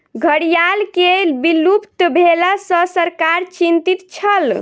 घड़ियाल के विलुप्त भेला सॅ सरकार चिंतित छल